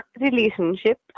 relationship